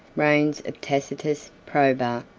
reigns of tacitus, probus,